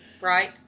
right